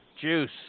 juice